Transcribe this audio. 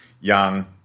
Young